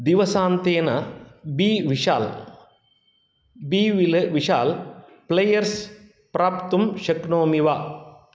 दिवसान्तेन बि विशाल् बि विल् विशाल् प्लैयर्स् प्राप्तुं शक्नोमि वा